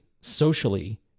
socially